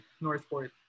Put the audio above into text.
Northport